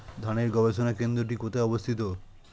ধানের গবষণা কেন্দ্রটি কোথায় অবস্থিত?